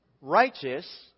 righteous